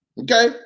Okay